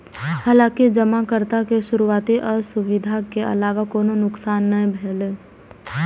हालांकि जमाकर्ता के शुरुआती असुविधा के अलावा कोनो नुकसान नै भेलै